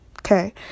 Okay